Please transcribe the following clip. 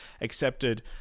accepted